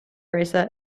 racer